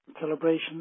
celebration